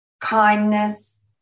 kindness